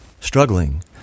struggling